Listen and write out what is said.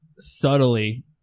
subtly